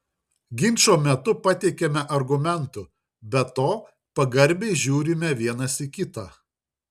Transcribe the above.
ginčo metu pateikiame argumentų be to pagarbiai žiūrime vienas į kitą